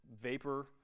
vapor